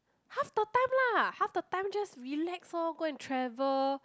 half the time lah half the time just relax lor go and travel